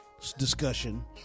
discussion